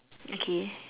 okay